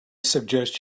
suggest